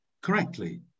correctly